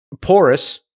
porous